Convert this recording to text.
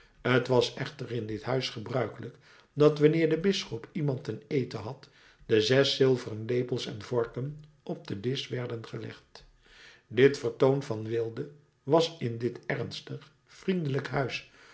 t was echter in dit huis gebruikelijk dat wanneer de bisschop iemand ten eten had de zes zilveren lepels en vorken op den disch werden gelegd dit vertoon van weelde was in dit ernstig vriendelijk huis